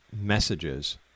Messages